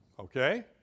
okay